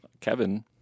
Kevin